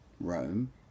Rome